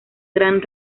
gran